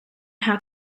how